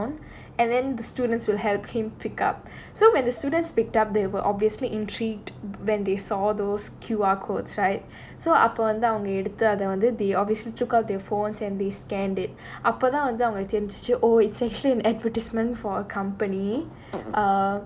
go down and then the students will help came pick up so when the students picked up they will obviously intrigued when they saw those Q_R codes right so up and down the editor than wanted the officer took out their phones and they scanned it upper down on down again to to oh it's actually an advertisement for accompany err